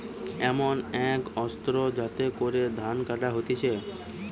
এমন এক অস্ত্র যাতে করে ধান কাটা হতিছে